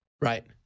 Right